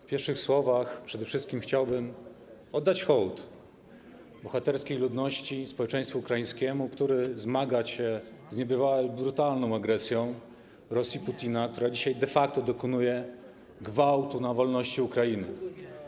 W pierwszych słowach przede wszystkim chciałbym oddać hołd bohaterskiej ludności, społeczeństwu ukraińskiemu, które zmaga się z niebywale brutalną agresją Rosji Putina, która dzisiaj de facto dokonuje gwałtu na wolności Ukrainy.